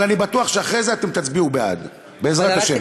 אבל אני בטוח שאחרי זה אתם תצביעו בעד, בעזרת השם.